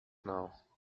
now